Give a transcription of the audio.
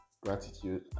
Gratitude